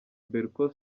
berco